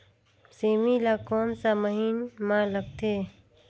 सेमी ला कोन सा महीन मां लगथे?